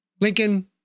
Lincoln